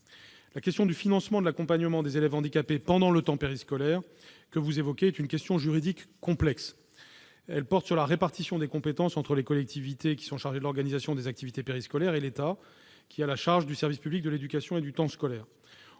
La question du financement de l'accompagnement des élèves handicapés pendant le temps périscolaire que vous évoquez est une question juridique complexe. Elle porte sur la répartition des compétences entre les collectivités, qui sont chargées de l'organisation des activités périscolaires, et l'État, qui a la charge du service public de l'éducation et du temps scolaire.